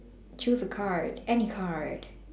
choose a card any card